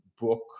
book